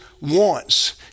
wants